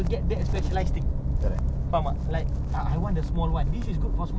but right now as of right now with the commitment dengan kita punya gaji affected